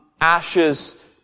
ashes